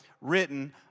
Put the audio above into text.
written